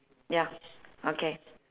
ya okay